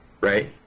Right